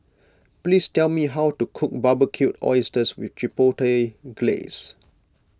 please tell me how to cook Barbecued Oysters with Chipotle Glaze